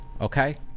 okay